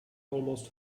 almost